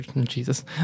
Jesus